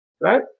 right